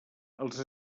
els